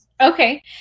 okay